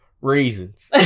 reasons